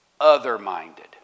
other-minded